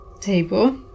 table